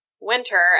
winter